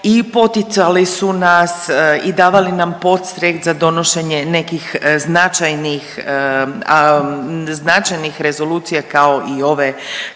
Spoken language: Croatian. i poticali su nas i davali nam podstrek za donošenje nekih značajnih rezolucija kao i ove